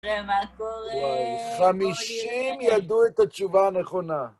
ומה קורה? חמישים ידעו את התשובה הנכונה.